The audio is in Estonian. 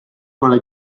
pole